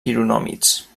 quironòmids